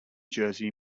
jersey